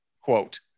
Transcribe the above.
quote